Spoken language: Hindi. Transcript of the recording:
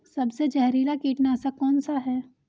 सबसे जहरीला कीटनाशक कौन सा है?